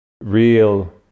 real